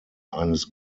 eines